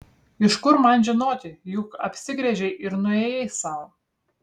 iš kur man žinoti juk apsigręžei ir nuėjai sau